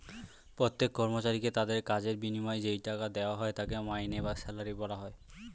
প্রত্যেক কর্মচারীকে তাদের কাজের বিনিময়ে যেই টাকা দেওয়া হয় তাকে মাইনে বা স্যালারি বলা হয়